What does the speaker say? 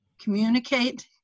communicate